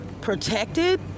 protected